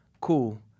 Cool